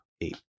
eight